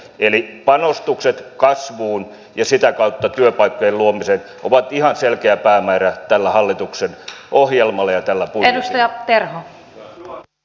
eli panostukset kasvuun ja sitä kautta työpaikkojen luomiseen ovat ihan selkeä päämäärä tällä hallituksen ohjelmalla ja tällä budjetilla